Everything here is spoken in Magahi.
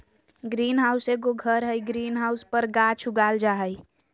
ग्रीन हाउस एगो घर हइ, ग्रीन हाउस पर गाछ उगाल जा हइ